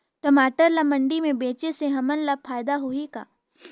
टमाटर ला मंडी मे बेचे से हमन ला फायदा होही का?